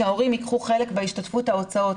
שההורים ייקחו חלק בהשתתפות ההוצאות,